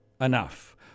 enough